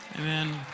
Amen